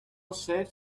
saved